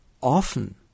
Often